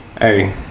Hey